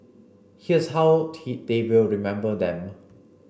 here's how they will remember them